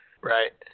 Right